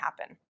happen